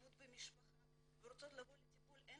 אלימות במשפחה ורוצות לבוא לטיפול אבל אין